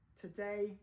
Today